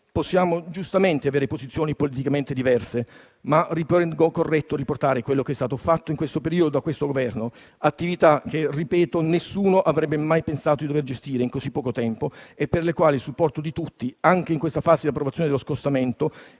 Possiamo giustamente avere posizioni politicamente diverse, ma ritengo corretto riportare quello che è stato fatto in questo periodo dal Governo; si tratta di attività che - ripeto - nessuno avrebbe mai pensato di dover gestire in così poco tempo e per le quali il supporto di tutti, anche in questa fase di approvazione dello scostamento